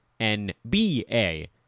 NBA